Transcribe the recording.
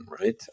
right